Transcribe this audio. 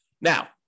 now